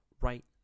right